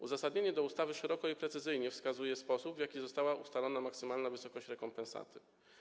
Uzasadnienie ustawy szeroko i precyzyjnie wskazuje sposób, w jaki została ustalona maksymalna wysokość rekompensaty.